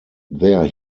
there